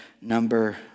number